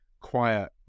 quiet